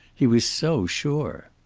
he was so sure.